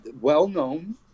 Well-known